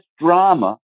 drama